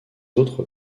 autres